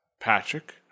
Patrick